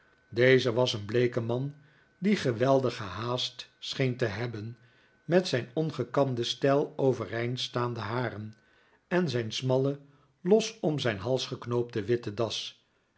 deze was een bleeke man die geweldige haast scheen te hebben met zijn ongekamde steil overeind staande haren en zijn smalle los om zijn hals geknoopte witte das